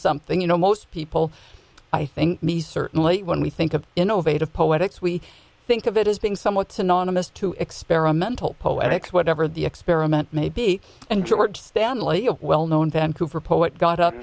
something you know most people i think me certainly when we think of innovative poetics we think of it as being somewhat synonymous to experimental poetic whatever the experiment may be and george stanley a well known vancouver poet got up